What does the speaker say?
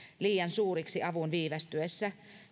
liian suuriksi avun viivästyessä